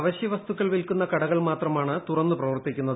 അവശ്യ വസ്തുക്കൾ വിൽക്കുന്ന കടകൾ മാത്രമാണ് തുറന്നു പ്രവർത്തിക്കുന്നത്